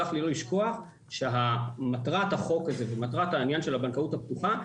צריך לזכור שמטרת החוק הזה ומטרת העניין של הבנקאות הפתוחה,